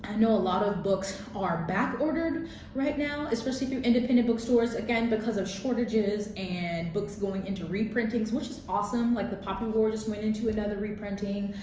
and know a lot of books are back ordered right now especially through independent bookstores again because of shortages and books going into reprinting which is awesome. like the poppy war just went into another reprinting,